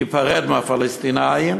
להיפרד מהפלסטינים,